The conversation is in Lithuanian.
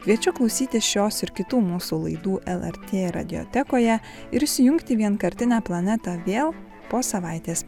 kviečiu klausytis šios ir kitų mūsų laidų lrt radiotekoje ir įsijungti vienkartinę planetą vėl po savaitės